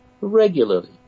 regularly